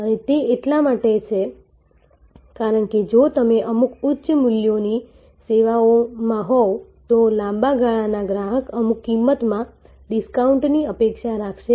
અને તે એટલા માટે છે કારણ કે જો તમે અમુક ઉચ્ચ મૂલ્યોની સેવાઓમાં હોવ તો લાંબા ગાળાના ગ્રાહક અમુક કિંમતમાં ડિસ્કાઉન્ટની અપેક્ષા રાખશે